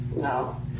No